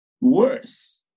worse